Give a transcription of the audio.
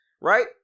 Right